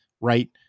right